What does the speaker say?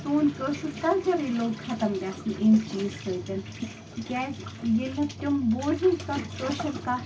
سون کٲشُر جل جلٕے لوٚگ ختم گَژھنہِ اَمہِ چیٖز سۭتۍ تِکیٛازِ ییٚلہِ تِم بوزٕے کانٛہہ کٲشِر کتھ